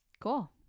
cool